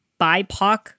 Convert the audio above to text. BIPOC